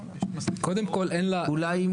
אולי,